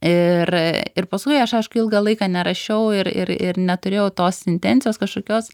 ir ir paskui aš aišku ilgą laiką nerašiau ir ir ir neturėjau tos intencijos kažkokios